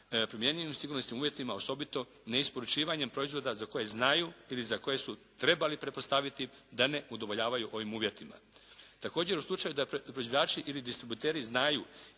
primjenjivim sigurnosnim uvjetima osobito neisporučivanjem proizvoda za koje znaju ili za koje su trebali pretpostaviti da ne udovoljavaju ovim uvjetima. Također u slučaju da proizvođači ili distributeri znaju